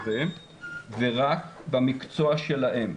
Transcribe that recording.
ורק במקצוע שלהם.